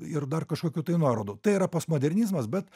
ir dar kažkokių tai nuorodų tai yra postmodernizmas bet